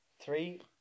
three